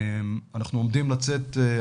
אנחנו עומדים לצאת,